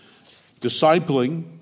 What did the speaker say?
Discipling